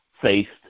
faced